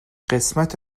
قسمت